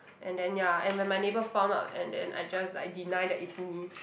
and then ya and when my neighbour found out and then I just like deny that it's me